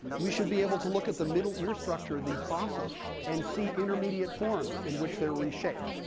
we should be able to look at the middle ear structure of these fossils and see intermediate forms in which they're reshaped.